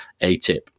ATIP